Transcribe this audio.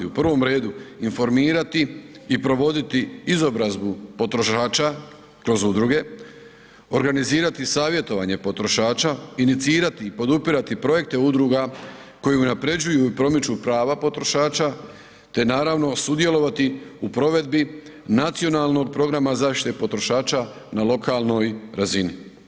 U prvom redu, informirati i provoditi izobrazbu potrošača kroz udruge, organizirati savjetovanje potrošača, inicirati i podupirati projekte udruga koje unaprjeđuju i promiču prava potrošača te naravno, sudjelovati u provedbi Nacionalnog programa zaštite potrošača na lokalnoj razini.